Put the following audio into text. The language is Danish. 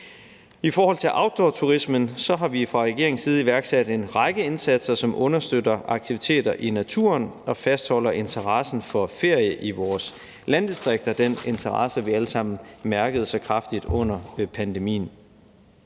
I forhold til outdoorturismen har vi fra regeringens side iværksat en række indsatser, som understøtter aktiviteter i naturen og fastholder interessen for ferie i vores landdistrikter – den interesse, vi alle sammen mærkede så kraftigt under pandemien.